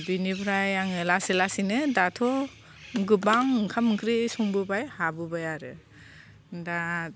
बिनिफ्राय आङो लासै लासैनो दाथ' गोबां ओंखाम ओंख्रि संबोबाय हाबोबाय आरो दा